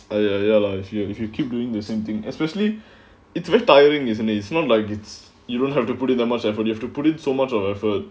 I ya ya lah if you if you keep doing the same thing especially it's very tiring isn't it it's not like it's you don't have to put in that much effort you have to put in so much of effort